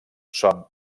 són